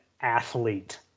athlete